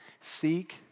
seek